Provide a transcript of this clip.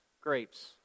grapes